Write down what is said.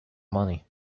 money